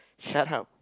shut up